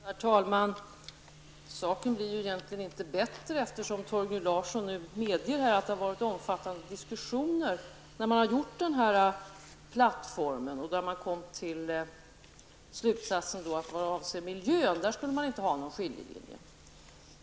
Herr talman! Saken blir egentligen inte bättre, eftersom Torgny Larsson nu medger att det har varit omfattande diskussioner när man har gjort plattformen och att man då kom till slutsatsen att vad avser miljön skulle man inte ha någon skiljelinje.